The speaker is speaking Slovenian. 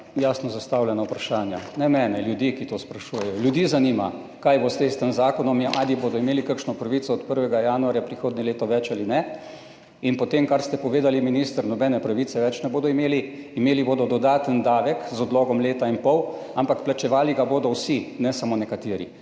jasno zastavljena vprašanja, ne moja, ljudi, ki to sprašujejo. Ljudi zanima, kaj bo zdaj s tem zakonom, ali bodo imeli kakšno pravico več od 1. januarja prihodnje leto ali ne. Po tem, kar ste povedali, minister, ne bodo imeli nobene pravice več [kot prej]. Imeli bodo dodaten davek z odlogom leta in pol, ampak plačevali ga bodo vsi, ne samo nekateri,